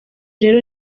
rero